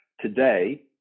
today